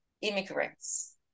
immigrants